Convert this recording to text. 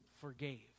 forgave